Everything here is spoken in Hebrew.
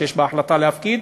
שיש בה החלטה להפקיד.